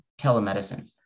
telemedicine